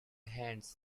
hands